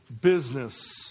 business